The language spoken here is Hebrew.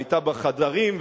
והיתה בחדרים,